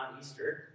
Easter